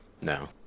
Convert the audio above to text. No